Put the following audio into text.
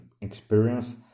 experience